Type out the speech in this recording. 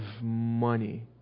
money